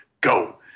Go